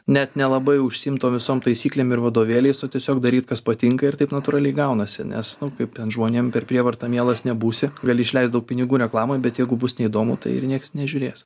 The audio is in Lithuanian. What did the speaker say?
net nelabai užsiimt tom visom taisyklėm ir vadovėliais o tiesiog daryt kas patinka ir taip natūraliai gaunasi nes nu kaip ten žmonėm per prievartą mielas nebūsi gali išleist daug pinigų reklamai bet jeigu bus neįdomu tai ir nieks nežiūrės